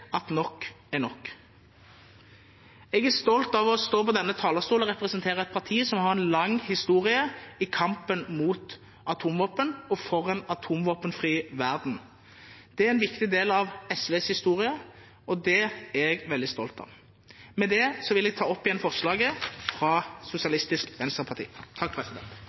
at nok er nok.» Jeg er stolt av å stå på denne talerstolen og representere et parti som har en lang historie i kampen mot atomvåpen og for en atomvåpenfri verden. Det er en viktig del av SVs historie, og det er jeg veldig stolt av. Med det vil jeg ta opp forslaget fra Sosialistisk Venstreparti.